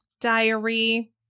diary